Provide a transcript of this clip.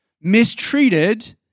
mistreated